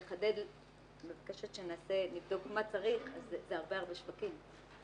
את מבקשת שנבדוק מה צריך אבל אלה הרבה שווקים.